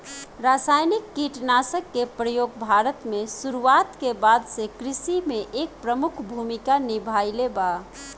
रासायनिक कीटनाशक के प्रयोग भारत में शुरुआत के बाद से कृषि में एक प्रमुख भूमिका निभाइले बा